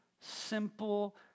simple